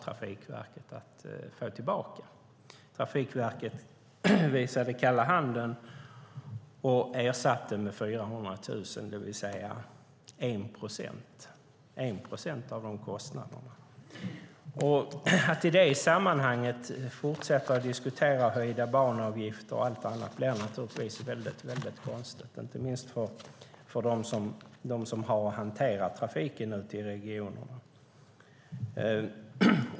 Trafikverket visade kalla handen och ersatte med 400 000, det vill säga 1 procent av kostnaderna. Att i det sammanhanget fortsätta att diskutera höjda banavgifter och allt annat blir naturligtvis väldigt konstigt, inte minst för dem som har att hantera trafiken ute i regionerna.